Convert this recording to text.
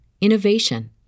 innovation